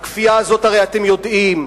הרי אתם יודעים,